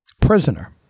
prisoner